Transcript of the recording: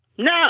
No